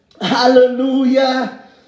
hallelujah